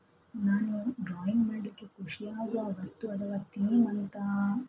ನಾನು ಡ್ರಾಯಿಂಗ್ ಮಾಡಲಿಕ್ಕೆ ಖುಷಿಯಾಗುವ ವಸ್ತು ಅಥವಾ ಥೀಮ್ ಅಂತ